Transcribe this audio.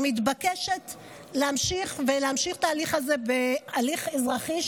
היא מתבקשת להמשיך את ההליך הזה בהליך אזרחי,